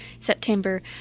September